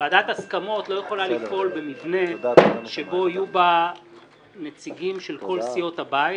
ועדת הסכמות לא יכולה לפעול במבנה שבו יהיו בה נציגים של כל סיעות הבית,